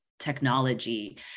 technology